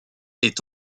est